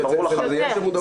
זה מעורר את המודעות.